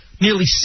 nearly